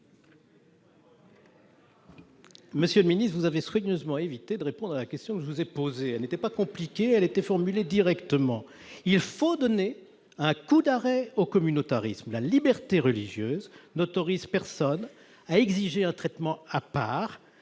Monsieur le ministre, vous avez soigneusement évité de répondre à la question que je vous ai posée. Elle n'était pourtant pas compliquée et était formulée clairement. Il faut donner un coup d'arrêt au communautarisme. La liberté religieuse n'autorise personne à exiger un traitement à part